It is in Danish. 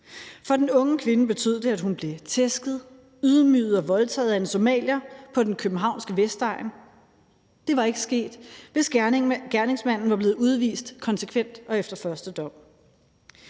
For den unge kvinde betød det, at hun blev tæsket, ydmyget og voldtaget af en somalier på den københavnske Vestegn. Det var ikke sket, hvis gerningsmanden var blevet udvist konsekvent og efter første dom.